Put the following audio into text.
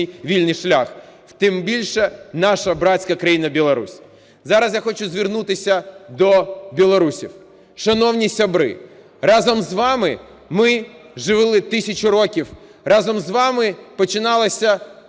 вільний шлях. Тим більше наша братська країна Білорусь. Зараз я хочу звернутися до білорусів. Шановні сябри! Разом з вами ми жили тисячу років, разом з вами починалася